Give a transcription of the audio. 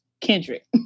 Kendrick